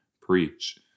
preach